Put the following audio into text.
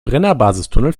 brennerbasistunnel